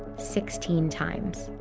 sixteen times.